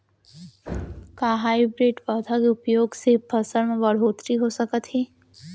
का हाइब्रिड पौधा के उपयोग से फसल म बढ़होत्तरी हो सकत हे?